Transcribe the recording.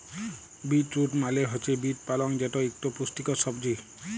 beet root মালে হছে beet পালং যেট ইকট পুষ্টিকর সবজি